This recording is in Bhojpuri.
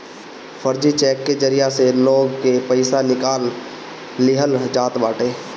फर्जी चेक के जरिया से लोग के पईसा निकाल लिहल जात बाटे